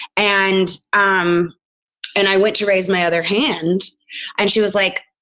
and um and i went to raise my other hand and she was like,